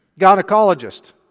gynecologist